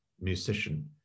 musician